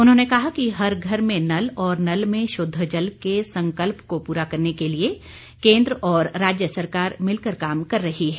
उन्होंने कहा कि हर घर में नल और नल में शुद्ध जल के संकल्प को पूरा करने के लिए केंद्र और राज्य सरकार मिलकर काम कर रही हैं